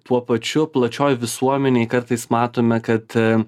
tuo pačiu plačioj visuomenėj kartais matome kad